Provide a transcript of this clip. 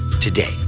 today